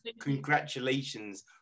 Congratulations